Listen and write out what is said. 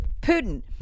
Putin